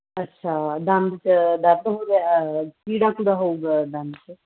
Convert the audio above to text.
ਅੱਛਾ ਦੰਦ ਚ ਦਰਦ ਹੋ ਰਿਹਾ ਕੀੜਾ ਕੁੜਾ ਹੋਊਗਾ ਦੰਦ ਚ